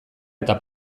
eta